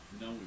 No